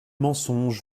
mensonge